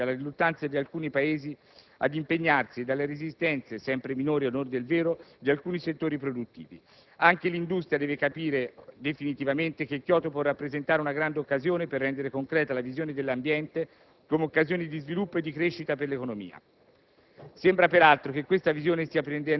I maggiori ostacoli infatti sono rappresentati dalla riluttanza di alcuni Paesi ad impegnarsi e dalle resistenze, sempre minori ad onor del vero, di alcuni settori produttivi. Anche l'industria deve capire definitivamente che Kyoto può rappresentare una grande occasione per rendere concreta la visione dell'ambiente come occasione di sviluppo e di crescita per l'economia.